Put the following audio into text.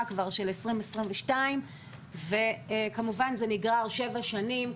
כבר של 2022. כמובן זה נגרר שבע שנים,